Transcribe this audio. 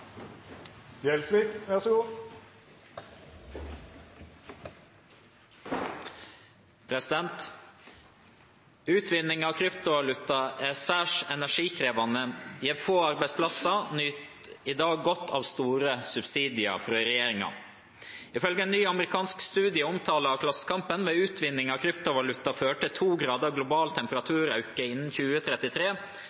særs energikrevjande, gjev få arbeidsplassar og nyt i dag godt av store subsidiar frå regjeringa. Ifylgje ein ny amerikansk studie omtala av Klassekampen vil utvinning av kryptovaluta føre til to grader global